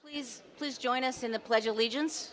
please please join us in the pledge allegiance